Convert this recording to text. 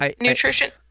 nutrition